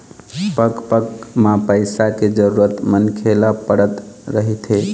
पग पग म पइसा के जरुरत मनखे ल पड़त रहिथे